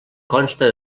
consta